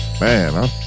Man